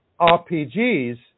RPGs